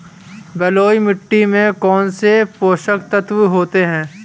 बलुई मिट्टी में कौनसे पोषक तत्व होते हैं?